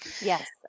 Yes